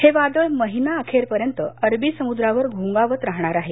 हे वादळ महिना अखेरपर्यंत अरबी समुद्रावर घोंगावत राहणार आहे